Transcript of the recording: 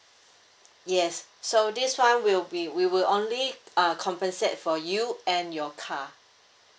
yes so this [one] will be we will only uh compensate for you and your car